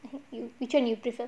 you which [one] you prefer